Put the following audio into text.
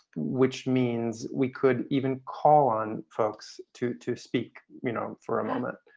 which means we could even call on folks to to speak, you know, for a moment.